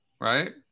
right